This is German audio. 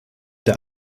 der